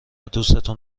دوستون